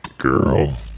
Girl